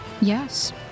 yes